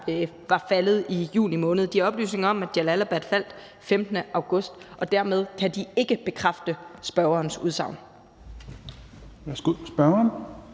var faldet i juni måned. De har oplysninger om, at Jalalabad faldt den 15. august, og dermed kan de ikke bekræfte spørgerens udsagn.